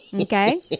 Okay